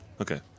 Okay